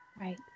Right